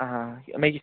आं मागी